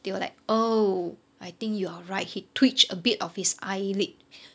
they were like oh I think you're right he twitch a bit of his eyelid